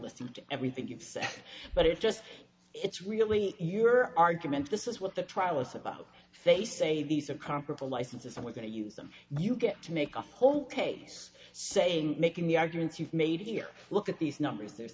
listen to everything you've said but it's just it's really your argument this is what the trial is about face a these are comparable licenses and we're going to use them you get to make a whole case saying making the arguments you've made here look at these numbers there's